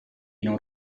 non